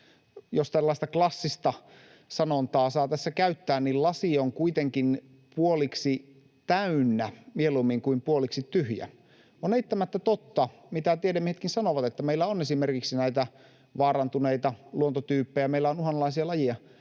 jos tällaista klassista sanontaa saa tässä käyttää, lasi on kuitenkin puoliksi täynnä mieluummin kuin puoliksi tyhjä. On eittämättä totta, mitä tiedemiehetkin sanovat, että meillä on esimerkiksi näitä vaarantuneita luontotyyppejä, meillä on uhanalaisia lajeja,